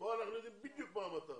פה אנחנו יודעים בדיוק מה המטרה.